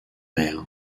mer